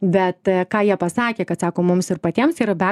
bet ką jie pasakė kad sako mums ir patiems yra be